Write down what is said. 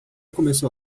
começou